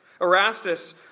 Erastus